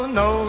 no